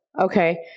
Okay